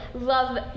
Love